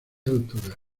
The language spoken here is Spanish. alturas